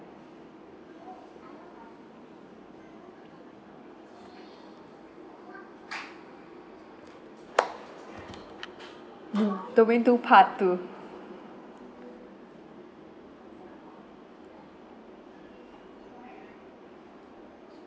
domain two part two